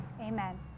Amen